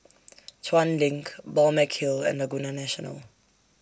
Chuan LINK Balmeg Hill and Laguna National